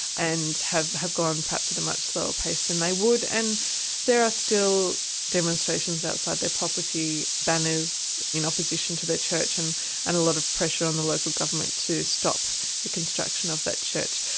and have have gone perhaps at a much slower pace than they would. and there are still demonstrations outside their property, banners in opposition to their church, and and a lot of pressure on the local government to stop the construction of that church.